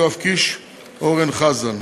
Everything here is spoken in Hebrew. יואב קיש ואורן אסף חזן,